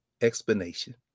explanation